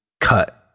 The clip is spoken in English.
cut